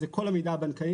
אושר מי בעד סעיף 61?